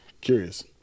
Curious